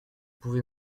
pouvez